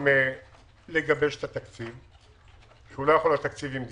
גם נגבש את התקציב כי הוא לא יכול להיות תקציב עם גזרות.